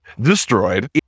destroyed